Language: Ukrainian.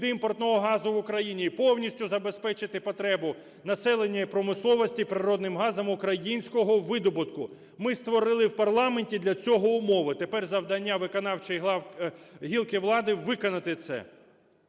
імпортного газу в Україні і повністю забезпечити потребу населення і промисловості природним газом українського видобутку. Ми створили в парламенті для цього умови, тепер завдання виконавчої гілки влади – виконати це.